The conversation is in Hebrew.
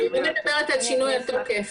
אני לא מדברת על שינוי התוקף.